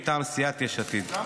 מטעם סיעת יש עתיד.